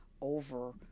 over